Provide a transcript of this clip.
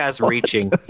reaching